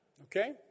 Okay